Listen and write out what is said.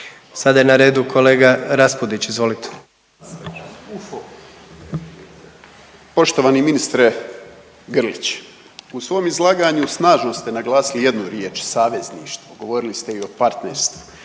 Sada je na redu kolega Raspudić, izvolite. **Raspudić, Nino (Nezavisni)** Poštovani minitre Grlić, u svom izlaganju snažno ste naglasili jednu riječ, savezništvo, govorili ste i o partnerstvu,